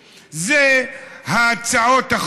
זה דבר טוב, זה דבר